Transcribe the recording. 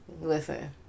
Listen